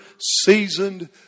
seasoned